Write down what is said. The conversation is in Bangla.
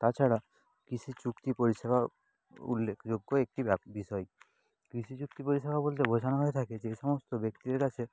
তাছাড়া কৃষিচুক্তি পরিষেবা উল্লেখযোগ্য একটি বিষয় কৃষিচুক্তি পরিষেবা বলতে বোঝানো হয়ে থাকে যে সমস্ত ব্যক্তির কাছে